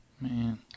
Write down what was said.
Man